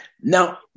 now